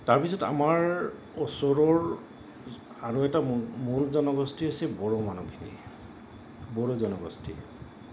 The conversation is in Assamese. তাৰপিছত আমাৰ ওচৰৰ আৰু এটা মূল জনগোষ্ঠী হৈছে বড়ো মানুহখিনি বড়ো জনগোষ্ঠী